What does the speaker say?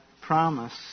promise